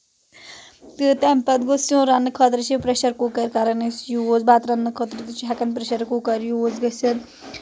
تہٕ تَمہِ پَتہٕ گوٚو سیُن رَننہٕ خٲطرٕ چھِ پرٛؠشَر کُکَر کَران أسۍ یوٗز بَتہٕ رَننہٕ خٲطرٕ تہِ چھِ ہیٚکان پریشَر کُکَر یوٗز گٔژھِتھ